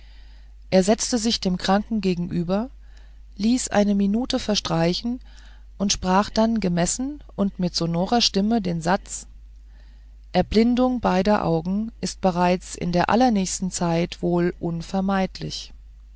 er setzte sich dem kranken gegenüber ließ eine minute verstreichen und sprach dann gemessen und mit sonorer stimme den satz erblindung beider augen ist bereits in der allernächsten zeit wohl unvermeidlich